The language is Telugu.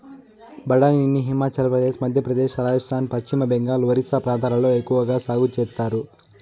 బఠానీని హిమాచల్ ప్రదేశ్, మధ్యప్రదేశ్, రాజస్థాన్, పశ్చిమ బెంగాల్, ఒరిస్సా ప్రాంతాలలో ఎక్కవగా సాగు చేత్తారు